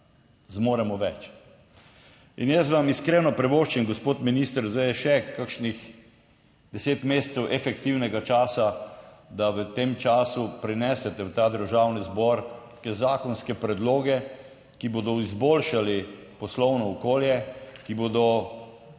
Zmoremo več. In jaz vam iskreno privoščim, gospod minister, zdaj je še kakšnih deset mesecev efektivnega časa, da v tem času prinesete v ta Državni zbor neke zakonske predloge, ki bodo izboljšali poslovno okolje, ki bodo,